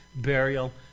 burial